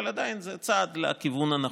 אבל עדיין זה צעד לכיוון הנכון.